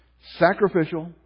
sacrificial